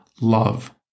love